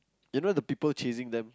you know the people chasing them